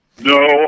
No